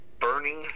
burning